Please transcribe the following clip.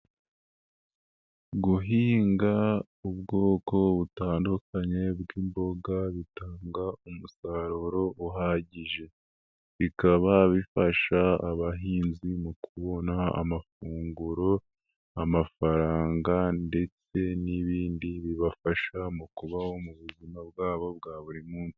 Guhinga ubwoko butandukanye bw'imboga bitanga umusaruro uhagije, bikaba bifasha abahinzi mu kubona amafunguro, amafaranga ndetse n'ibindi bibafasha mu kubaho mu buzima bwabo bwa buri munsi.